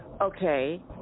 Okay